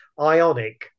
ionic